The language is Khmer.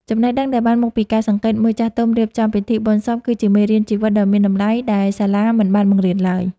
ចំណេះដឹងដែលបានមកពីការសង្កេតមើលចាស់ទុំរៀបចំពិធីបុណ្យសព គឺជាមេរៀនជីវិតដ៏មានតម្លៃដែលសាលាមិនបានបង្រៀនឡើយ។